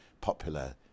popular